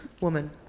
Woman